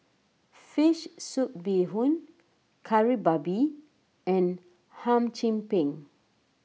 Fish Soup Bee Hoon Kari Babi and Hum Chim Peng